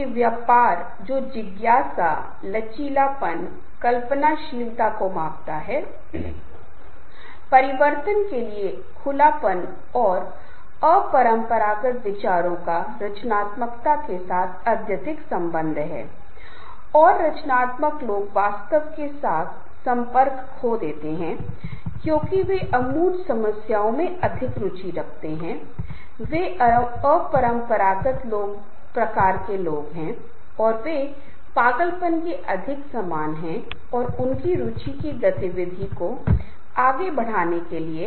नए विचारों का हमेशा स्वागत करें क्योंकि ऐसा नहीं है कि अहंकार की समस्या के कारण और कुछ अन्य चीजों के कारण लोगों के विचारों को कम आंका जाये ऐसा नहीं होना चाहिए अगर कुछ नया यहां तक कि व्यक्ति जूनियर भी हो सकता है भले ही वह व्यक्ति नया हो लेकिन यदि वह कुछ ऐसा कह रहा हो जो वास्तव में अच्छा है जो वास्तव में विचार करने योग्य है तो उसका हमेशा ध्यान रखा जाना चाहिए और यदि समूह के सदस्य इन सभी चीज़ों का ध्यान रखते हैं तो निश्चित रूप से वे दिए गए कार्य को करने के लिए बेहतर स्थिति में होंगे